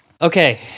Okay